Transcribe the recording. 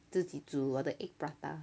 自己煮我的 egg prata